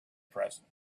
present